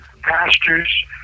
pastors